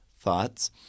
thoughts